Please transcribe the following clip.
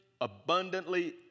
abundantly